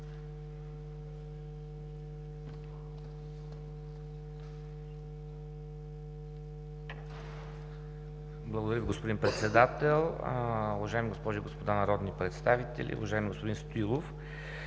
Благодаря, господин Председател. Уважаеми госпожи и господа народни представители! Уважаеми господин Стоилов,